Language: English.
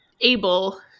able